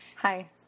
Hi